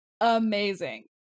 amazing